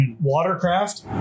Watercraft